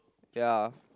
ya